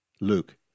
Luke